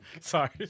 Sorry